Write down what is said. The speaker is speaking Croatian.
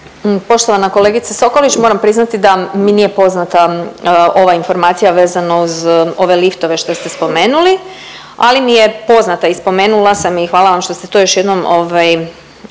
Poštovana kolegice Sokolić, moram priznati da mi nije poznata ova informacija vezano uz ove liftove što ste spomenuli, ali mi je poznata i spomenula sam i hvala što ste to još jednom